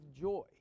joy